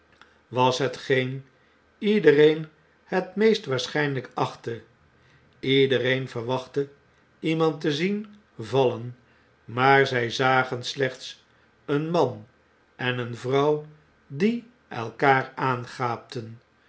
was hetgeen iedereen het meest waarschphjk achtte iedereen verwachte iemand te zienvallen maar zn zagen slechts een man en eene vrouw die elkaar aangaapten